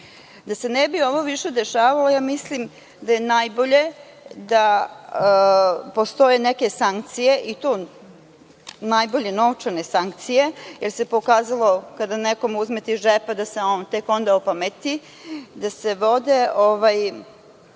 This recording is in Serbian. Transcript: se ne bi ovo više dešavalo, mislim da je najbolje da postoje neke sankcije, i to najbolje novčane sankcije, jer se pokazalo kada nekome uzmete iz džepa da se on tek onda opameti, da se vode određeni